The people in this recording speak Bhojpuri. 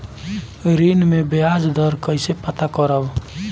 ऋण में बयाज दर कईसे पता करब?